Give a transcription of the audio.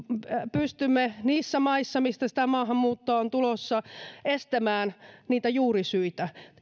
pystymme niissä maissa mistä sitä maahanmuuttoa on tulossa estämään niitä juurisyitä